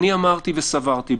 אני אמרתי וסברתי,